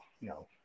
no